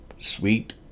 Sweet